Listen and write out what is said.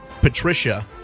Patricia